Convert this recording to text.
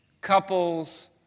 couple's